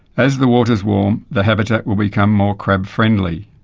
as the waters warm the habitat will become more crab-friendly.